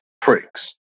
pricks